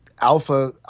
Alpha